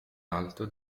alto